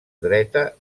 dreta